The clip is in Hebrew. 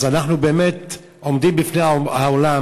אז אנחנו באמת עומדים בפני העולם,